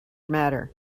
matter